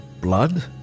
blood